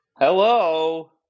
Hello